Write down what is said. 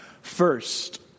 First